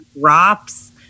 drops